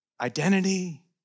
identity